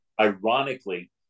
Ironically